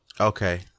okay